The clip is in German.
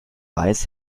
weiß